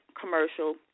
commercial